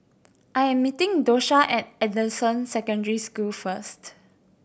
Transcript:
I am meeting Dosha at Anderson Secondary School first